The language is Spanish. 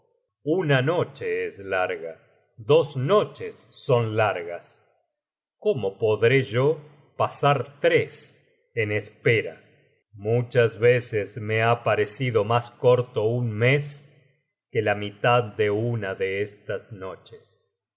una noche es larga dos noches son largas cómo podré yo pasar tres en espera muchas veces me ha parecido mas corto un mes que la mitad de una de estas noches